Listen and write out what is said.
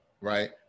right